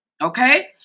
Okay